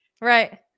Right